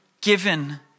given